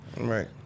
Right